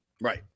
right